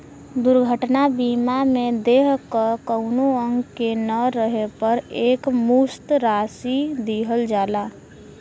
दुर्घटना बीमा में देह क कउनो अंग के न रहे पर एकमुश्त राशि दिहल जाला